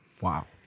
Wow